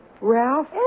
Ralph